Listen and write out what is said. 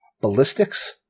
ballistics